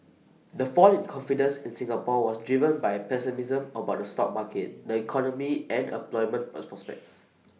the fall in confidence in Singapore was driven by pessimism about the stock market the economy and employment pro prospects